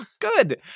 Good